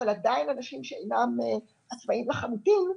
אבל עדיין אנשים שאינם עצמאים לחלוטין,